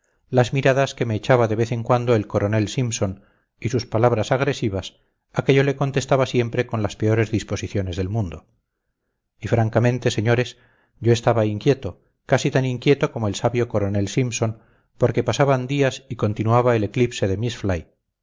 las miradas que me echaba de vez en cuando el coronel simpson y sus palabras agresivas a que yo le contestaba siempre con las peores disposiciones del mundo y francamente señores yo estaba inquieto casi tan inquieto como el sabio coronel simpson porque pasaban días y continuaba el eclipse de miss